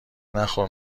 نخور